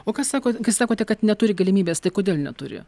o ką sakot kai sakote kad neturi galimybės tai kodėl neturi